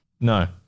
No